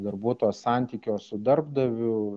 darbuotojo santykio su darbdaviu